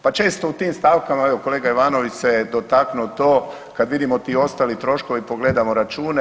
Pa često u tim stavkama, evo kolega Ivanović se dotaknuo to kad vidimo ti ostali troškovi, pogledamo račune.